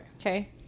Okay